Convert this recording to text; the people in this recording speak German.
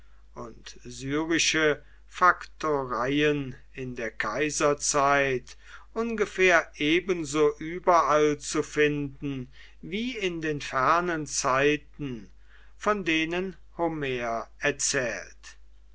und syrische faktoreien in der kaiserzeit ungefähr ebenso überall zu finden wie in den fernen zeiten von denen homer erzählt